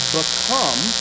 become